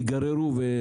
יגררו.